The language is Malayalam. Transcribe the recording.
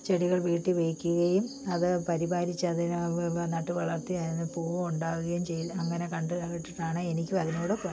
ചെടികൾ വീട്ടിൽ വയ്ക്കുകയും അതു പരിപാലിച്ച് അതിനെ നട്ടുവളർത്തി അതിൽ നിന്ന് പൂവ് ഉണ്ടാവുകയും അങ്ങനെ കണ്ടു കേട്ടിട്ടാണ് എനിക്ക് അതിനോട്